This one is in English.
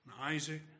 Isaac